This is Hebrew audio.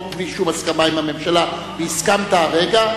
בלי שום הסכמה עם הממשלה והסכמת הרגע,